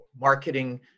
marketing